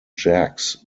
jacks